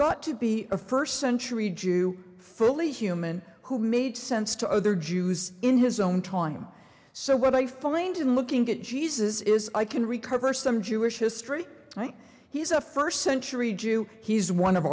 got to be a first century jew fully human who made sense to other jews in his own time so what i find in looking at jesus is i can recover some jewish history he's a first century jew he's one of